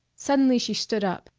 suddenly she stood up,